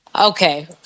Okay